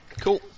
cool